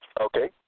Okay